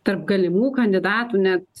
tarp galimų kandidatų net